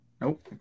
Nope